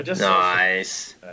Nice